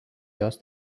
jos